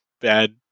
bad